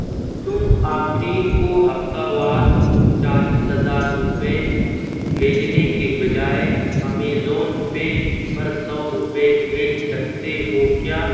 تم آفرین کو ہفتہ وار چالیس ہزار روپے بھیجنے کے بجائے ایمیزون پے پر سو روپے بھیج سکتے ہو کیا